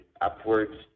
upwards